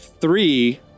three